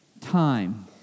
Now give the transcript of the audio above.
time